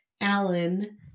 Alan